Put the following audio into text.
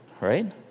right